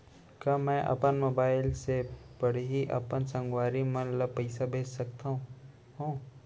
का मैं अपन मोबाइल से पड़ही अपन संगवारी मन ल पइसा भेज सकत हो?